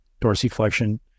dorsiflexion